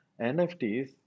NFTs